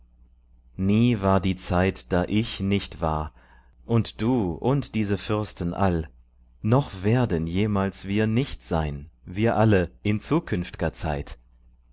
nie war die zeit da ich nicht war und du und diese fürsten all noch werden jemals wir nicht sein wir alle in zukünftger zeit